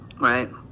right